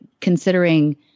considering